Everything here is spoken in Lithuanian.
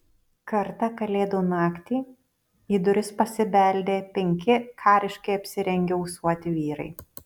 kartą kalėdų naktį į duris pasibeldė penki kariškai apsirengę ūsuoti vyrai